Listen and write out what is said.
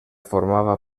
formava